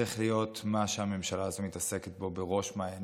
צריך להיות מה שהממשלה הזו מתעסקת בו בראש מעייניה,